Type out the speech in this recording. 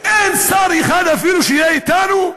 אין שר אחד אפילו שיהיה אתנו?